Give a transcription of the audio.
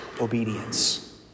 obedience